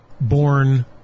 born